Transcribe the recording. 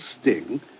sting